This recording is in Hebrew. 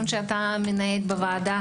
ניהול הוועדה.